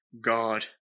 God